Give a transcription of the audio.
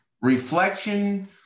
reflection